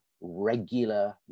regular